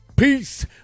Peace